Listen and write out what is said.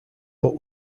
but